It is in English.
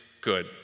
good